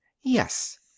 yes